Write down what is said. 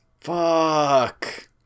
Fuck